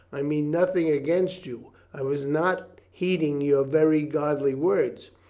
i mean nothing against you. i was not heeding your very godly words.